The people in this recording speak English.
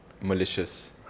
malicious